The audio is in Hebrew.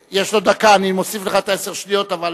אני מוסיף לך עשר שניות.